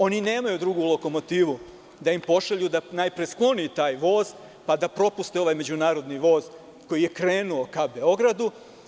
Oni nemaju drugu lokomotivu da im pošalju da najpre skloni taj voz, pa da propuste ovaj međunarodni voz koji je krenuo ka Beogradu.